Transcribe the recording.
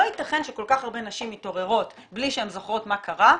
לא ייתכן שכל כך הרבה נשים מתעוררות בלי שהן זוכרות מה קרה,